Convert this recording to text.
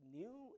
new